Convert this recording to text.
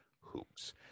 hoops